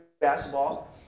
basketball